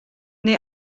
neu